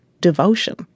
devotion